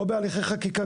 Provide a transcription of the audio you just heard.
או בתהליכי חקיקה,